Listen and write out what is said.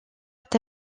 est